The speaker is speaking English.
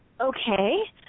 okay